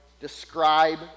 describe